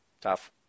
Tough